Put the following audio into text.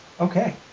Okay